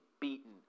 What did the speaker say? beaten